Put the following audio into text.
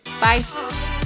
bye